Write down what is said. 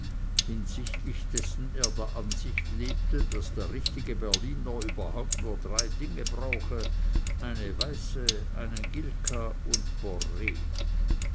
hinsichtlich dessen er der ansicht lebte daß der richtige berliner überhaupt nur drei dinge brauche eine weiße einen gilka und borr